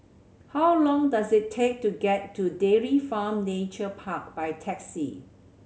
how long does it take to get to Dairy Farm Nature Park by taxi